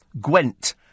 Gwent